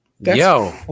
Yo